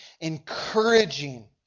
encouraging